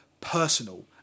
personal